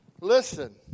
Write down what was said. Listen